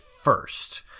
first